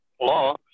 law